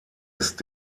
ist